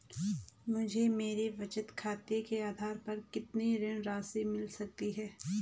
मुझे मेरे बचत खाते के आधार पर कितनी ऋण राशि मिल सकती है?